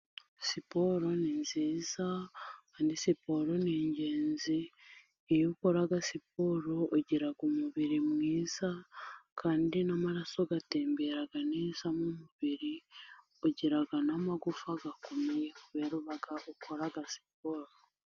Siporo ni nziza kandi siporo ni ingenzi, iyo ukora siporo ugira umubiri mwiza, kandi n'amaraso atembera neza mu mubiri, ugira n'amagufa akomeye kubera uba ukora siporo.